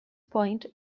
point